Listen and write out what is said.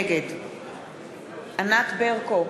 נגד ענת ברקו,